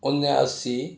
انُاسی